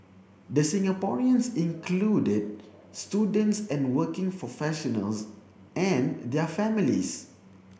the Singaporeans included students and working professionals and their families